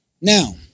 Now